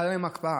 חלה עליהם הקפאה.